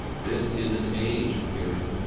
this is an age of hearing.